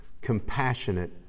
compassionate